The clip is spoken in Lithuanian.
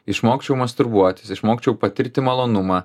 išmokčiau masturbuotis išmokčiau patirti malonumą